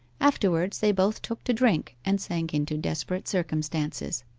afterwards they both took to drink, and sank into desperate circumstances.